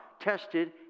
tested